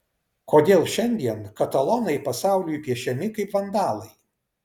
kodėl šiandien katalonai pasauliui piešiami kaip vandalai